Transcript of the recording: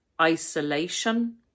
isolation